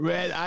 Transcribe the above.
Red